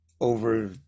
over